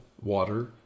water